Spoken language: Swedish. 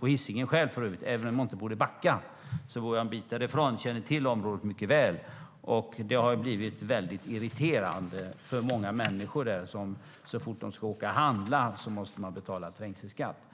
på Hisingen, även om jag inte bor i Backa. Jag bor en bit därifrån och känner till området väl. Många människor är irriterade över att de så fort de ska åka och handla måste betala trängselskatt.